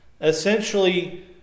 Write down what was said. essentially